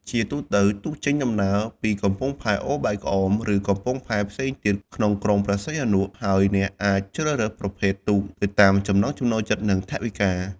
ជាទូទៅ ទូកចេញដំណើរពីកំពង់ផែអូបែកក្អម ឬកំពង់ផែផ្សេងទៀតក្នុងក្រុងព្រះសីហនុ ហើយអ្នកអាចជ្រើសរើសប្រភេទទូកទៅតាមចំណង់ចំណូលចិត្ត និងថវិកា។